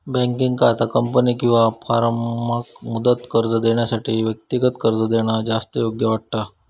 बँकेंका आता कंपनी किंवा फर्माक मुदत कर्ज देण्यापेक्षा व्यक्तिगत कर्ज देणा जास्त योग्य वाटता